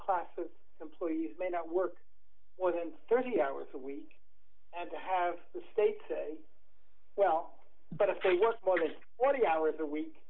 class of employees may not work more than thirty hours a week and to have the state say well but if they want more than forty hours a week